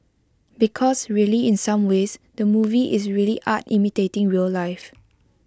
because really in some ways the movie is really art imitating real life